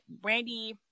Brandy